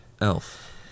Elf